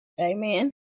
Amen